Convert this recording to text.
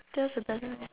tell us a